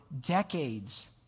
decades